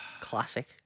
Classic